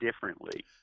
differently